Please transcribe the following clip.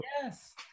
Yes